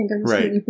right